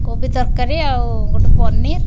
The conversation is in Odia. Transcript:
କୋବି ତରକାରୀ ଆଉ ଗୋଟେ ପନିର